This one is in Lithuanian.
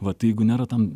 va tai jeigu nėra tam